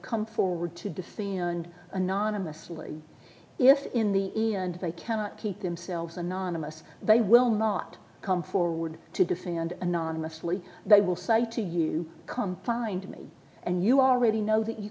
come forward to defame and anonymously if in the end they cannot keep themselves anonymous they will not come forward to defend anonymously they will say to you come find me and you already know that you